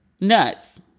nuts